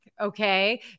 Okay